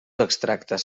extractes